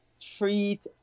treat